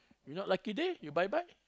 you not lucky there you bye bye